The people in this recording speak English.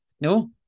No